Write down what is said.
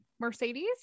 Mercedes